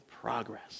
progress